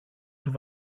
του